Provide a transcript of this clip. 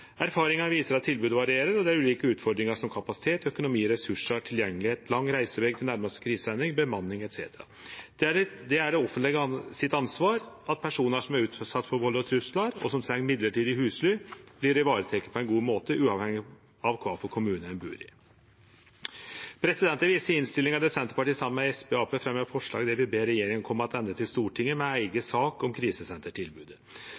Erfaringa viser at tilbodet varierer, og det er ulike utfordringar – som kapasitet, økonomi, ressursar, tilgjenge, lang reiseveg til nærmaste krisesenter, bemanning etc. Det er det offentlege sitt ansvar at personar som er utsette for vald og trugslar, og som treng husly for ei stund, vert varetekne på ein god måte, uavhengig av kva kommune dei bur i. Eg viser til innstillinga, der Senterpartiet – saman med SV og Arbeidarpartiet – fremjar forslag om å be regjeringa kome attende til Stortinget med